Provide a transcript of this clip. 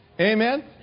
Amen